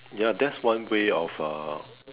ya that's one way of uh